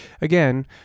Again